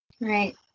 Right